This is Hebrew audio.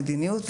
המדיניות.